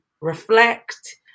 reflect